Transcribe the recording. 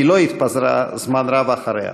והיא לא התפזרה זמן רב אחריה.